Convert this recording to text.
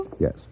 Yes